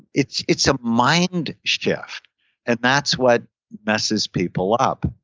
it's it's a mind shift and that's what messes people up.